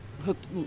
hooked